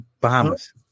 Bahamas